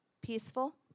Peaceful